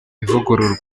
ivugururwa